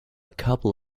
couple